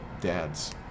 dads